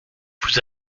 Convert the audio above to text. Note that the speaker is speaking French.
vous